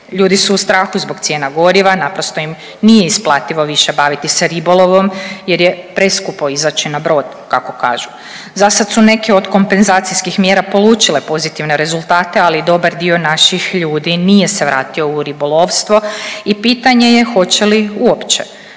Ljudi su u strahu zbog cijena goriva, naprosto im nije isplativo više baviti se ribolovom jer je preskupo izaći na brod kako kažu. Zasad su neke od kompenzacijskih mjera polučile pozitivne rezultate, ali i dobar dio naših ljudi nije se vratio u ribolovstvo i pitanje je hoće li uopće.